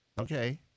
Okay